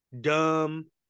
dumb